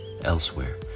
elsewhere